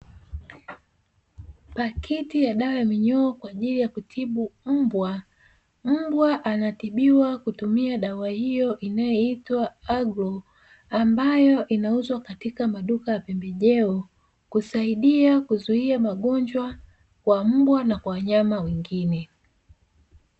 Paketi ya dawa ya minyoo kwa ajili ya kutibu mbwa, mbwa anatibiwa na dawa hiyo inayoitwa Agro ambayo inauzwa katika maduka ya pembejeo, kusaidia kuzuia magonjwa kwa mbwa na wanyama wengine.